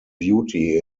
beauty